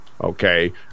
Okay